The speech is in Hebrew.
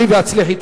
עלי והצליחי.